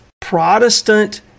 Protestant